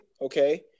Okay